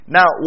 Now